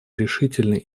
решительной